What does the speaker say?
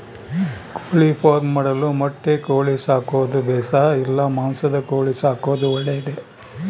ಕೋಳಿಫಾರ್ಮ್ ಮಾಡಲು ಮೊಟ್ಟೆ ಕೋಳಿ ಸಾಕೋದು ಬೇಷಾ ಇಲ್ಲ ಮಾಂಸದ ಕೋಳಿ ಸಾಕೋದು ಒಳ್ಳೆಯದೇ?